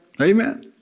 Amen